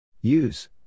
Use